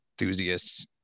enthusiasts